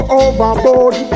overboard